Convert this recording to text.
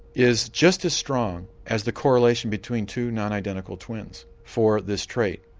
is just as strong as the correlation between two non-identical twins for this trait.